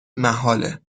محاله